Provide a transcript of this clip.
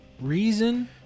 reason